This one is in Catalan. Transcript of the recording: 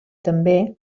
també